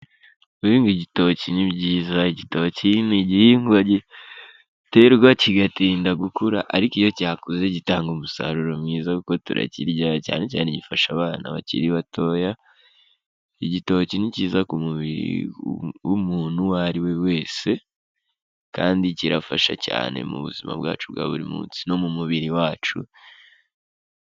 Guhinga igitoki ni byiza. Igitoki ni igihingwa giterwa kigatinda gukura ariko iyo cyakuze gitanga umusaruro mwiza kuko turakirya cyane cyane gifasha abana bakiri batoya. Igitoki ni kiza ku mubiri w'umuntu uwo ari we wese kandi kirafasha cyane mu buzima bwacu bwa buri munsi no mu mubiri wacu.